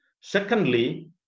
Secondly